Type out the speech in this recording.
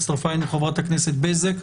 הצטרפה אלינו חברת הכנסת בזק.